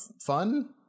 fun